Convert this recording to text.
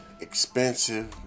expensive